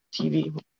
TV